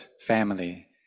family